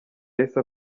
yahise